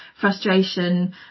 frustration